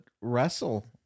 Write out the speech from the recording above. wrestle